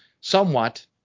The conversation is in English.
somewhat –